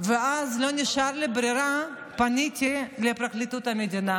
אז לא נשארה לי ברירה, פניתי לפרקליטות המדינה